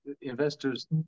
investors